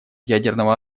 ядерного